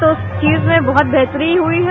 तो उस चीज में बहुत बेहतरी हुई है